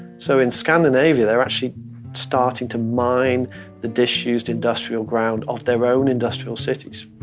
so in scandinavia they're actually starting to mine the disused industrial ground of their own industrial cities.